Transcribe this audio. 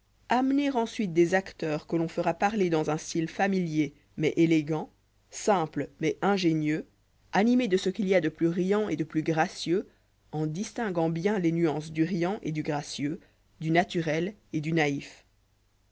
amener ensuite des acteurs que l'on fera parler dans un style familier mais élégant simple mais ingénieux animé de ce qu'il y a de plus riant et de plus gracieux endis'tin guant bien les nuances du riant et du gracieux du naturel et du naïf